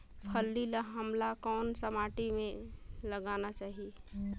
फल्ली ल हमला कौन सा माटी मे लगाना चाही?